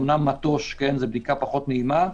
אמנם מטוש זו בדיקה פחות נעימה,